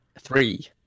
Three